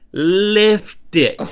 lift it.